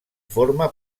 forma